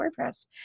WordPress